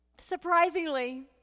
Surprisingly